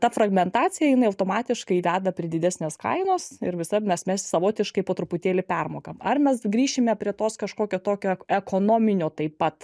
ta fragmentacija jinai automatiškai veda prie didesnės kainos ir visad mes mes savotiškai po truputėlį permokam ar mes grįšime prie tos kažkokio tokio ekonominio taip pat